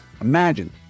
Imagine